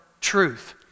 truth